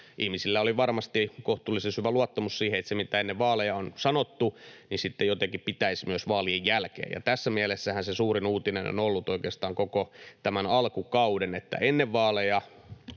ihmisillä oli varmasti kohtuullisen syvä luottamus siihen, että se, mitä ennen vaaleja on sanottu, sitten jotenkin pitäisi myös vaalien jälkeen. Tässä mielessähän se suurin uutinen on ollut oikeastaan koko tämän alkukauden, että ennen vaaleja